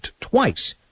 twice